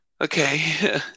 Okay